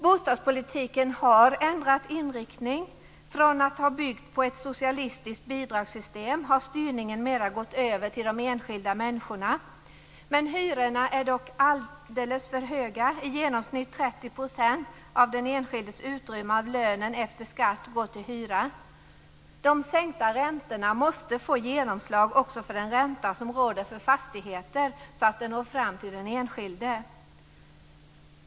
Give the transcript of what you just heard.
Bostadspolitiken har ändrat inriktning. Från att ha byggt på ett socialistiskt bidragssystem har styrningen mera gått över till de enskilda människorna. Hyrorna är dock alldeles för höga. I genomsnitt 30 % av den enskildes utrymme av lönen efter skatt går till hyra. De sänkta räntorna måste få genomslag också för den ränta som råder för fastigheter, så att den når fram till den enskilde.